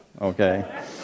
okay